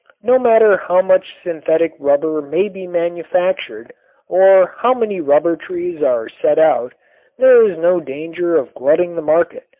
no matter how much synthetic rubber may be manufactured or how many rubber trees are set out there is no danger of glutting the market,